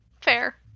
Fair